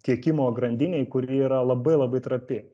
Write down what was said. tiekimo grandinėj kuri yra labai labai trapi